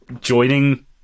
joining